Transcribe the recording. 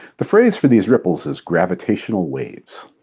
the phrase for these ripples is gravitational waves.